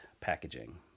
packaging